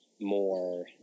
more